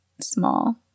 small